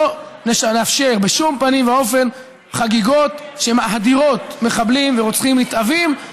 לא נאפשר בשום פנים ואופן חגיגות שמאדירות מחבלים ורוצחים נתעבים,